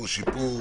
על סדר-היום: שיפור